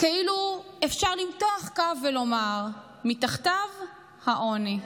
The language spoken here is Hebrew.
"כאילו אפשר למתוח קו ולומר: מתחתיו העוני.